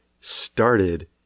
started